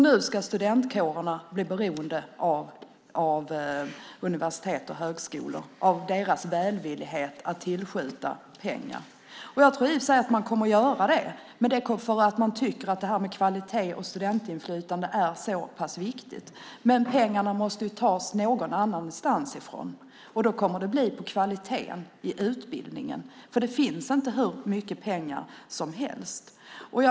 Nu ska studentkårerna bli beroende av universitetens och högskolornas välvillighet att tillskjuta pengar. Jag tror i och för sig att man kommer att göra det eftersom man tycker att kvalitet och studentinflytande är så pass viktigt. Men pengarna måste tas någon annanstans ifrån. Då kommer det att gå ut över kvaliteten i utbildningen. Det finns inte hur mycket pengar som helst.